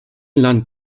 land